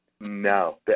No